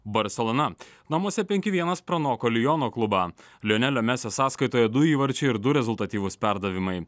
barselona namuose penki vienas pranoko liono klubą lionelio mesio sąskaitoje du įvarčiai ir du rezultatyvūs perdavimai